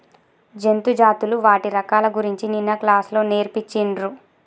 జంతు జాతులు వాటి రకాల గురించి నిన్న క్లాస్ లో నేర్పిచిన్రు